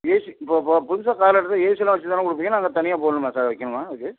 AC இப்போ புதுசாக car எடுத்தால் ஏசியெலாம் வச்சு தானே கொடுப்பீங்க தனியாக போடணுமா சார் வைக்கணுமா அதுக்கு